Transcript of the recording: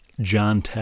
John